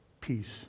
peace